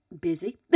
busy